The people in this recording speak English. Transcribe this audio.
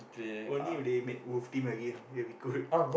only if they made Wolf-Team again it will be good